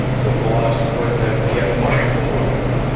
the philosopher had yet much to learn.